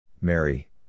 Mary